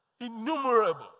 innumerable